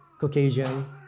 Caucasian